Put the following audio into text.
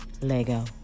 lego